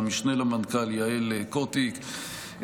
למשנה למנכ"ל יעל קוטיק,